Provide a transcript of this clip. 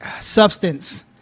substance